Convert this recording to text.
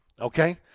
okay